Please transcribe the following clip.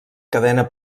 cadena